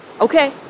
Okay